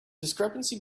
discrepancy